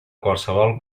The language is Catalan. qualsevol